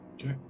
Okay